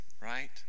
right